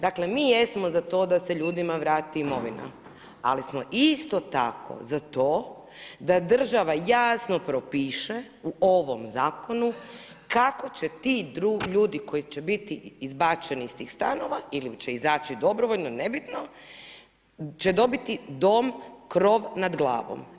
Dakle, mi jesmo za to da se ljudima vrati imovina, ali smo isto tako za to da država jasno propiše u ovom zakonu kako će ti ljudi koji će biti izbačeni iz tih stanova ili će izaći dobrovoljno nebitno, će dobiti dom krov nad glavom.